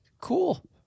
Cool